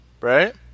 right